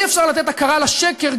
אי-אפשר לתת הכרה לשקר,